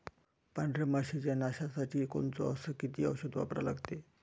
पांढऱ्या माशी च्या नाशा साठी कोनचं अस किती औषध वापरा लागते?